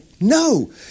No